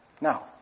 Now